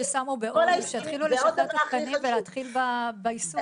שיתחילו לשתף את התקנים ולהתחיל ביישום.